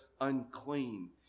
unclean